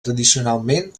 tradicionalment